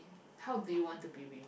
how do you want to be with